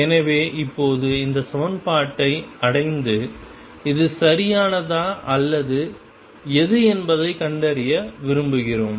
எனவே இப்போது இந்த சமன்பாட்டை அடைந்து அது சரியானதா அல்லது எது என்பதைக் கண்டறிய விரும்புகிறோம்